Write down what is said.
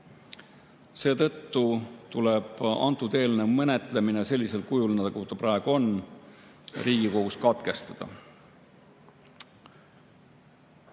Seetõttu tuleb antud eelnõu menetlemine sellisel kujul, nagu ta praegu on, Riigikogus katkestada. Festina